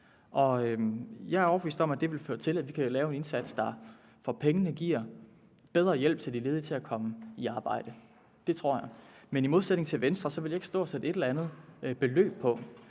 Jeg er overbevist om, at det vil føre til, at vi kan lave en indsats for pengene, der giver bedre hjælp til de ledige til at komme i arbejde. Det tror jeg. Men i modsætning til Venstre vil jeg ikke stå og sætte et eller andet beløb på,